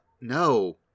No